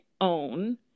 own